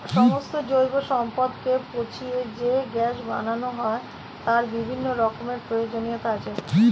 সমস্ত জৈব সম্পদকে পচিয়ে যে গ্যাস বানানো হয় তার বিভিন্ন রকমের প্রয়োজনীয়তা আছে